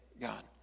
God